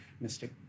mystic